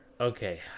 Okay